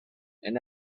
and